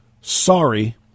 Sorry